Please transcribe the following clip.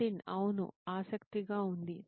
నితిన్ అవును ఆసక్తిగా ఉంది